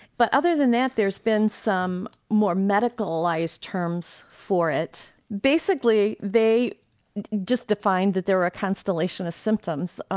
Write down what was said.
but other than that there's been some more medicalised terms for it. basically they just defined that there are constellation of symptoms,